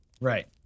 Right